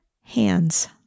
Hands